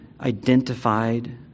identified